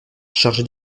chargé